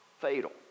Fatal